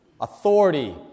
authority